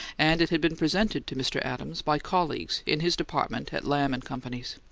and it had been presented to mr. adams by colleagues in his department at lamb and company's.